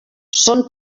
són